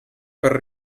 per